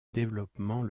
développement